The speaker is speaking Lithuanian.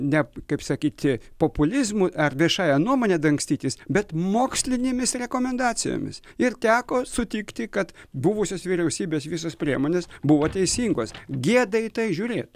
ne kaip sakyti populizmu ar viešąja nuomone dangstytis bet mokslinėmis rekomendacijomis ir teko sutikti kad buvusios vyriausybės visos priemonės buvo teisingos gėda į tai žiūrėt